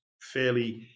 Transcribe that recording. fairly